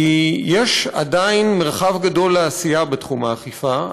כי יש עדיין מרחב גדול לעשייה בתחום האכיפה.